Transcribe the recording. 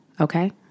okay